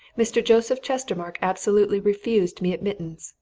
mr. joseph chestermarke absolutely refused me admittance,